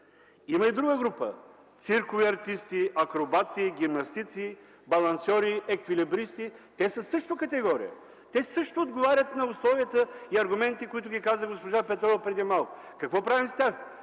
има и друга група – циркови артисти, акробати, гимнастици, балансьори, еквилибристи. Те са също категория. Те също отговарят на условията и аргументите, които ви каза госпожа Петрова преди малко. И какво правим с тях?